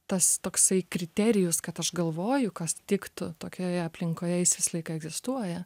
tas toksai kriterijus kad aš galvoju kas tiktų tokioje aplinkoje jis visą laiką egzistuoja